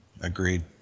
Agreed